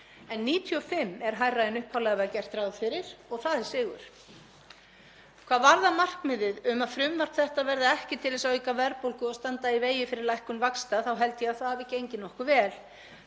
En 95% er hærra en upphaflega var gert ráð fyrir og það er sigur. Hvað varðar markmiðið um að frumvarp þetta verði ekki til þess að auka verðbólgu og standa í vegi fyrir lækkun vaxta þá held ég að það hafi gengið nokkuð vel.